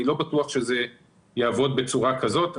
אני לא בטוח שזה יעבוד בצורה כזאת.